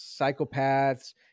psychopaths